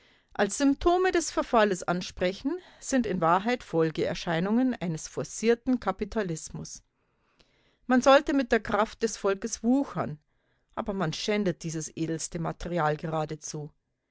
als symptome des verfalles ansprechen sind in wahrheit folgeerscheinungen eines forcierten kapitalismus man sollte mit der kraft des volkes wuchern aber man schändet dieses edelste material geradezu